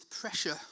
pressure